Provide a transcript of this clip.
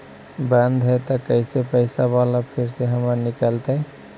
बन्द हैं त कैसे पैसा बाला फिर से हमर निकलतय?